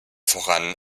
voran